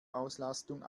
auslastung